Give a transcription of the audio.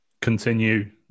continue